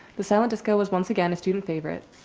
the silent disco was once again a student favorite.